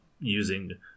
using